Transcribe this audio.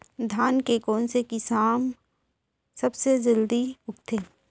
धान के कोन से किसम सबसे जलदी उगथे?